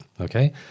okay